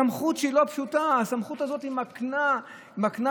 סמכות שהיא לא פשוטה: הסמכות הזאת מקנה לו,